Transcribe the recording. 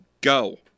Go